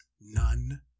none